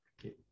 Okay